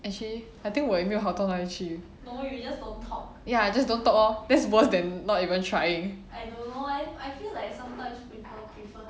actually I think 我也没有好到那里去 ya I just don't talk lor that's worse than not even trying